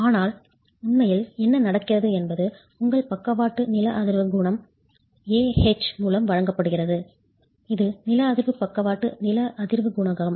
ஆனால் உண்மையில் என்ன நடக்கிறது என்பது உங்கள் பக்கவாட்டு லேட்ரல் நில அதிர்வு குணகம் Ah மூலம் வழங்கப்படுகிறது இது நில அதிர்வு பக்கவாட்டு லேட்ரல் நில அதிர்வு குணகம்